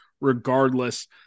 regardless